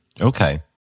okay